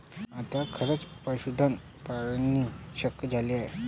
आता खेचर पशुधन पाळणेही शक्य झाले आहे